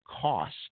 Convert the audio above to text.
cost